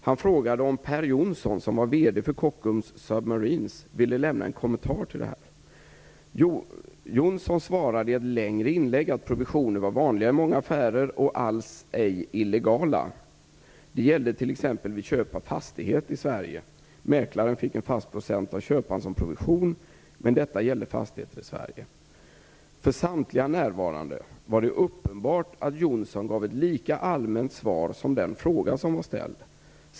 Han frågade om Per Johnsson, som var VD för Kockums Submarine, ville lämna en kommentar till detta. Johnsson svarade i ett längre inlägg att provisioner var vanliga i många affärer och alls ej illegala. Det gällde t.ex. vid köp av fastigheter i Sverige. Mäklaren fick en fast procent av köparen som provision, men detta gällde fastigheter i Sverige. För samtliga närvarande var det uppenbart att Johnsson gav ett lika allmänt svar som den fråga som var ställd.